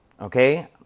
okay